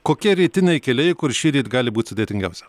kokie rytiniai keliai kur šįryt gali būt sudėtingiausia